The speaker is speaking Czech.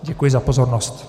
Děkuji za pozornost.